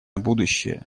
будущее